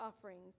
offerings